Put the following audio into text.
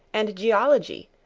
and geology,